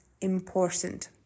important